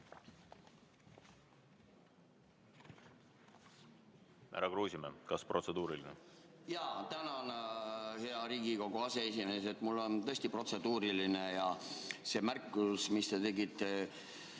Härra Kruusimäe, kas protseduuriline?